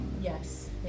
yes